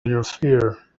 interfere